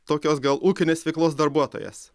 tokios gal ūkinės veiklos darbuotojas